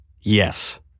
Yes